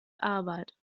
arbeit